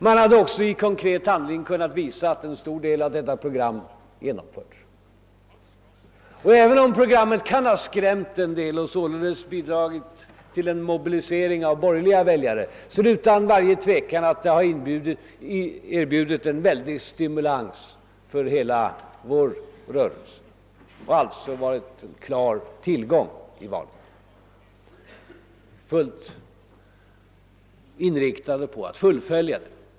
Man hade också i konkret handling kunnat visa att en stor del av detta program genomförts. även om programmet kan ha skrämt en del och således bidragit till en mobilisering av borgerliga väljare, har det utan varje tvekan erbjudit en väldig stimulans för hela vår rörelse och alltså varit en klar tillgång i valet. Man har varit inriktad på att fullfölja det.